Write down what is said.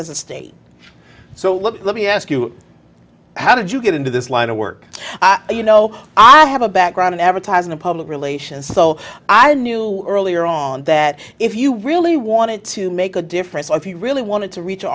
as a state so let me ask you how did you get into this line of work you know i have a background in advertising and public relations so i knew earlier on that if you really wanted to make a difference or if you really wanted to reach